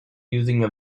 using